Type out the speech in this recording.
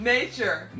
Nature